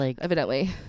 Evidently